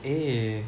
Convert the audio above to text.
eh